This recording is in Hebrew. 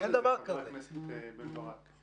כי יש סיבות לזה, חבר הכנסת רם בן ברק.